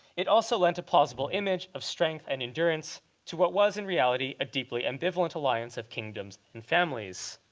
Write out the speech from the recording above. it also lent a plausible image of strength and endurance to what was, in reality, a deeply ambivalent alliance of kingdoms and families.